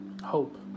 hope